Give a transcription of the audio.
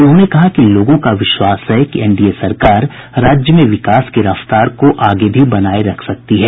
उन्होंने कहा कि लोगों का विश्वास है कि एन डी ए सरकार राज्य में विकास की रफ्तार को आगे भी बनाये रख सकती है